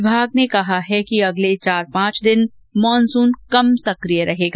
विमाग ने कहा है कि अगले चार पांच दिन मानसून कम सकिय रहेगा